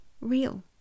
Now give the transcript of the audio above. real